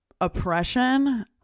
oppression